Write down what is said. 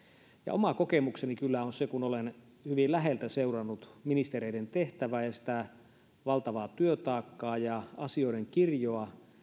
oma kokemukseni on se kun olen hyvin läheltä seurannut ministereiden tehtävää ja sitä valtavaa työtaakkaa ja asioiden kirjoa